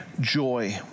joy